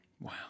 Wow